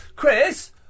Chris